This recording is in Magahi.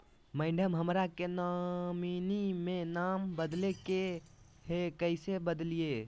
मैडम, हमरा के नॉमिनी में नाम बदले के हैं, कैसे बदलिए